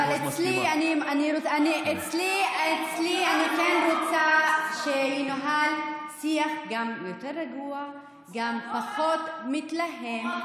אבל אצלי אני כן רוצה שינוהל שיח יותר רגוע ופחות מתלהם.